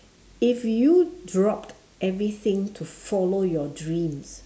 if you dropped everything to follow your dreams